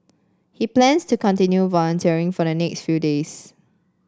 he plans to continue volunteering for the next few days